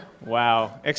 Wow